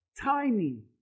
timing